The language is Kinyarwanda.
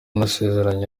nasezeranye